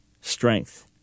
strength